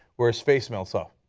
where his face melts off.